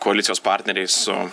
koalicijos partneriai su